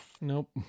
Nope